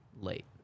late